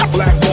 Black